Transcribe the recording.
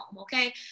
okay